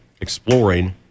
exploring